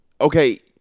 okay